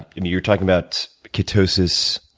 you're talking about ketosis.